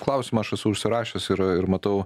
klausimą aš esu užsirašęs ir ir matau